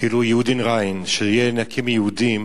כאילו "יודנריין", שיהיה נקי מיהודים,